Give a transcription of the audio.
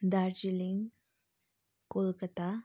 Darjeeling Kolkata